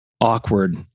awkward